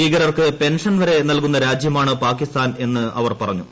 ഭീകരർക്ക് പെൻഷൻവരെ നൽകുന്ന രാജ്യമാണ് പാകിസ്ഥാൻ എന്ന് അവർ പറഞ്ഞു